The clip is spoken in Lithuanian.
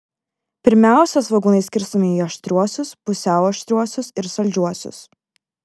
pirmiausia svogūnai skirstomi į aštriuosius pusiau aštriuosius ir saldžiuosius